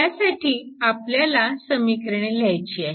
त्यांसाठी आपल्याला समीकरणे लिहायची आहेत